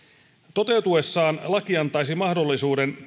toteutuessaan laki antaisi mahdollisuuden